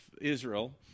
Israel